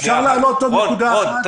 אפשר להעלות עוד נקודה אחת?